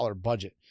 budget